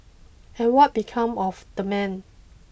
and what become of the man